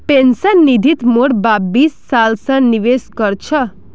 pension निधित मोर बाप बीस साल स निवेश कर छ